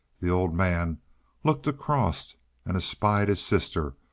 the old man looked across and espied his sister,